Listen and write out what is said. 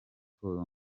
siporo